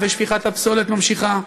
שפיכת הפסולת נמשכת,